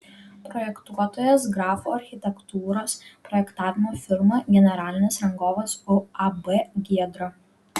projektuotojas grafo architektūros projektavimo firma generalinis rangovas uab giedra